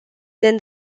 than